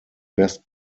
best